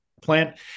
plant